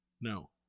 No